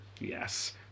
Yes